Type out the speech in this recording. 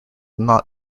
not